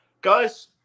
Guys